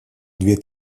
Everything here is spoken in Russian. две